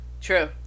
True